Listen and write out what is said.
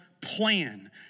Plan